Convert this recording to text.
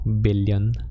billion